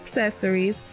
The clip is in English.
Accessories